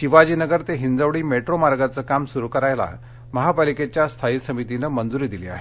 शिवाजीनगर ते हिंजवडी मेट्रो मार्गाचं काम सुरू करण्यास महापालिकेच्या स्थायी समितीनं मंज्री दिली आहे